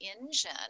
engine